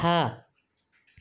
હા